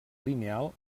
lineal